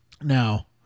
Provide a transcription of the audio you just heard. Now